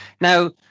Now